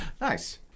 Nice